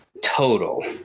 Total